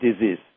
disease